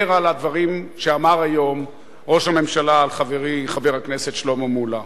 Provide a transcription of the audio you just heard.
על הדברים שאמר היום ראש הממשלה על חברי חבר הכנסת שלמה מולה,